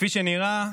כפי שנראה,